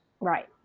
right